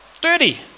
Dirty